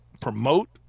promote